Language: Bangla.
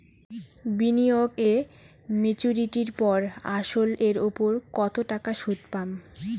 বিনিয়োগ এ মেচুরিটির পর আসল এর উপর কতো টাকা সুদ পাম?